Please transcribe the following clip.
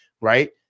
right